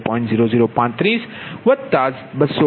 669373